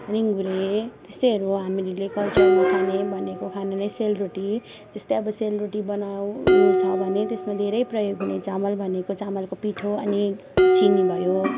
निँगुरो त्यस्तैहरू हामीहरूले कल्चरमा खाने भनेको खाना नै सेलरोटी त्यस्तो अब सेलरोटी बनाउनु छ भने त्यसमा धेरै प्रयोग हुने चामल भनेको चामलको पिठो अनि चिनी भयो